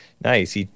Nice